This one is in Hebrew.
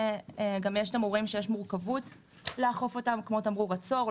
גם יש בעיה שיש בעייתיות לאכוף אותם כמו תמרור עצור.